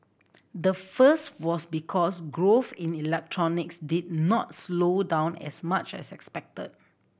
the first was because growth in electronics did not slow down as much as expected